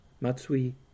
Matsui